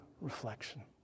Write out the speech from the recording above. reflection